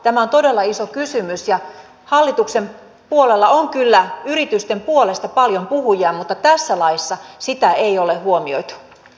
tämä on todella iso kysymys ja hallituksen puolella on kyllä yritysten puolesta paljon puhujia mutta tässä laissa sitä ei ole huomioitu